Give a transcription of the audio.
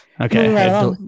Okay